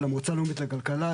למועצה הלאומית לכלכלה,